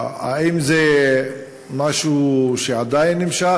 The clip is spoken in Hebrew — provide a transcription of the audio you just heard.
האם זה משהו שעדיין נמשך?